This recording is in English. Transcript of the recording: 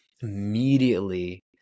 immediately